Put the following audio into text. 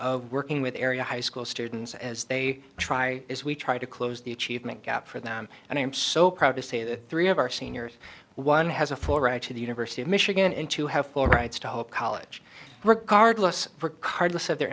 of working with area high school students as they try as we try to close the achievement gap for them and i am so proud to say that three of our seniors one has a full right to the university of michigan and to have full rights to whole college regardless for cardless of their